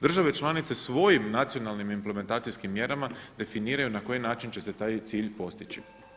Države članice svojim nacionalnim implementacijskim mjerama definiraju na koji način će se taj cilj postići.